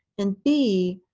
and b,